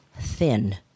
thin